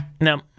no